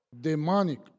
demonic